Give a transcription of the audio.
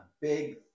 big